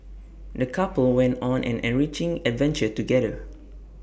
the couple went on an enriching adventure together